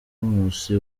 nkusi